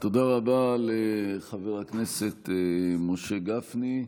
תודה רבה לחבר הכנסת משה גפני.